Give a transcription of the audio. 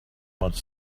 much